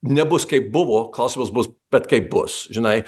nebus kaip buvo klausimas bus bet kaip bus žinai